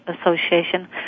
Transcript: Association